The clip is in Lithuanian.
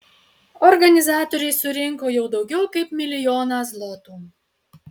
organizatoriai surinko jau daugiau kaip milijoną zlotų